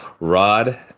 rod